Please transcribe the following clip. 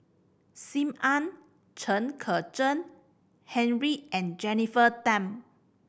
Sim Ann Chen Kezhan Henri and Jennifer Tham